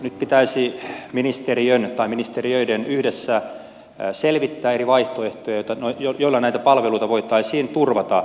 nyt pitäisi ministeriön tai ministeriöiden yhdessä selvittää eri vaihtoehtoja joilla näitä palveluita voitaisiin turvata